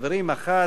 אחת,